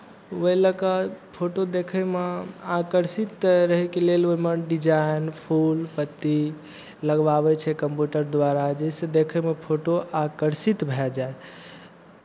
ओहि लऽ कऽ फोटो देखयमे आकर्षित करयके लेल ओहिमे डिजाइन फूल पत्ती लगवाबै छै कम्प्यूटर द्वारा जाहिसँ देखयमे फोटो आकर्षित भए जाय